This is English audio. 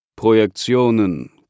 Projektionen